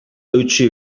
eutsi